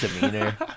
demeanor